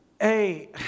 hey